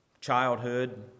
childhood